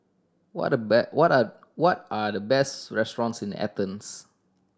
what the what are what are the best restaurants in Athens